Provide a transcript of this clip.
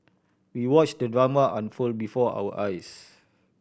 we watch the drama unfold before our eyes